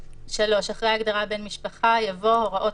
התשנ"ד-1994,"; אחרי ההגדרה "בן משפחה" יבוא: "הוראות